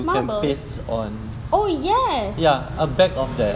marbles oh yes